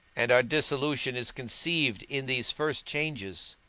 and our dissolution is conceived in these first changes,